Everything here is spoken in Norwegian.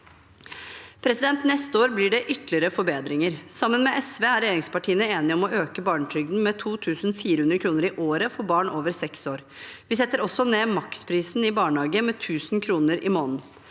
året. Neste år blir det ytterligere forbedringer. Sammen med SV er regjeringspartiene enige om å øke barnetrygden med 2 400 kr i året for barn over seks år. Vi setter også ned maksprisen i barnehage med 1 000 kr i måneden.